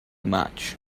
much